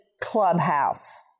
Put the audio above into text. Clubhouse